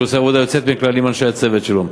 שעושה עבודה יוצאת מן הכלל עם אנשי הצוות שלו.